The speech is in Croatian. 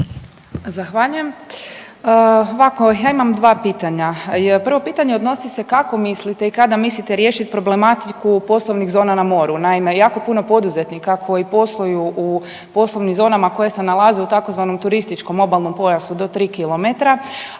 Zahvaljujem. Ovako, ja imam 2 pitanja, prvo pitanje odnosi se kako mislite i kada mislite riješiti problematiku poslovnih zona na moru, naime, jako puno poduzetnika koji posluju u poslovnim zonama koje se nalaze u tzv. turističkom obalnom pojasu do 3 km,